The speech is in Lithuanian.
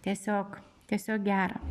tiesiog tiesiog gera